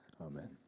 Amen